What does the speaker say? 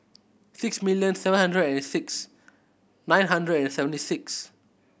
six million seven hundred and six nine hundred and seventy six